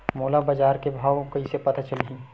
मोला बजार के भाव ह कइसे पता चलही?